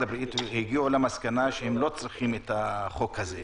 הבריאות הגיעו למסקנה שהם לא צריכים את החוק הזה.